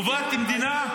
תגיע.